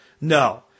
no